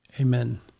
Amen